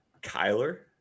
Kyler